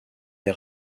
des